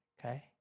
okay